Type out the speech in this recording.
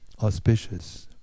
auspicious